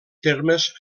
termes